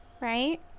Right